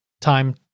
time